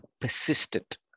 persistent